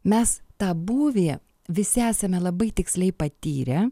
mes tą būvyje visi esame labai tiksliai patyrę